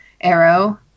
arrow